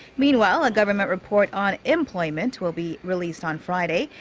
meanwhile, a government report on employment will be released on friday.